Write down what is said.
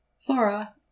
Flora